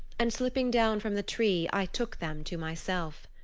and slipping down from the tree i took them to myself.